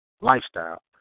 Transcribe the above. lifestyle